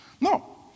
No